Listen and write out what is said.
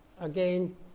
again